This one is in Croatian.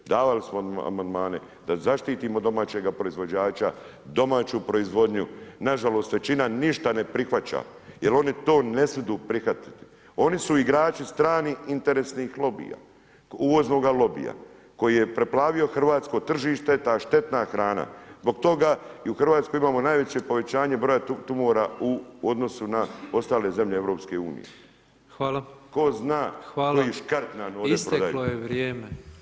Davali smo Amandmane da zaštitimo domaćega proizvođača, domaću proizvodnju, nažalost, većina ništa ne prihvaća jel oni to ne smidu prihvatiti, oni su igrači stranih interesnih lobija, uvoznoga lobija, koji je preplavio hrvatsko tržište, ta štetna hrana, zbog toga i u RH imamo najveće povećanje broja tumora u odnosu na ostale zemlje EU [[Upadica: Hvala]] ko zna [[Upadica: Hvala]] koji škart nam [[Upadica: Isteklo je vrijeme]] ovdje prodajete.